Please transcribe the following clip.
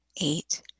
eight